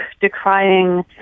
decrying